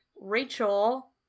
rachel